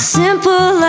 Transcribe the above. simple